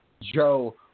Joe